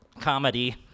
comedy